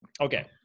Okay